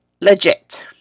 legit